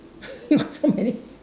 you got so many